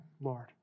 Lord